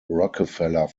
rockefeller